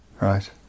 Right